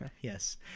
yes